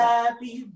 Happy